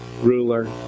ruler